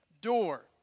door